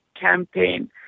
campaign